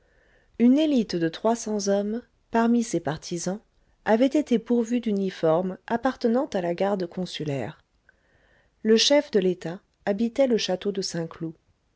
une élite de trois cents hommes parmi ces partisans avait été pourvue d'uniformes appartenant à la garde consulaire le chef de l'état habitait le château de saint-cloud